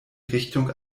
richtung